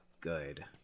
good